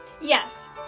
yes